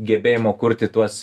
gebėjimo kurti tuos